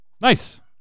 Nice